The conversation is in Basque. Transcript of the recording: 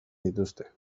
dituzte